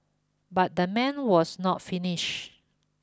but the man was not finished